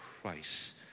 Christ